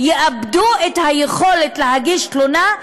שיאבדו את היכולת להגיש תלונה,